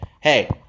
Hey